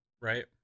right